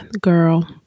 girl